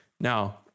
now